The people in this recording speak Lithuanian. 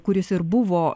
kuris ir buvo